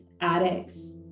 addicts